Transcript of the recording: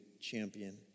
champion